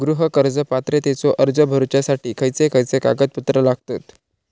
गृह कर्ज पात्रतेचो अर्ज भरुच्यासाठी खयचे खयचे कागदपत्र लागतत?